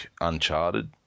Uncharted